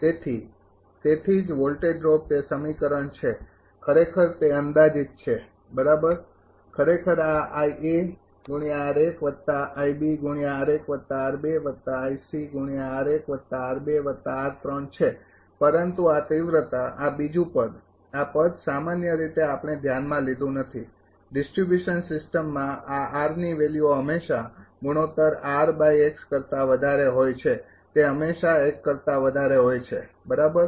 તેથી તેથી જ વોલ્ટેજ ડ્રોપ તે સમીકરણ છે ખરેખર તે અંદાજિત છે બરાબર ખરેખર આ છે પરંતુ આ તિવ્રતા આ બીજું પદ આ પદ સામાન્ય રીતે આપણે ધ્યાનમાં લીધું નથી ડિસ્ટ્રિબ્યુશન સિસ્ટમમાં આ ની વેલ્યુઓ હંમેશા ગુણોત્તર કરતા વધારે હોય છે તે હંમેશા કરતા વધારે હોય છે બરાબર